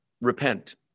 repent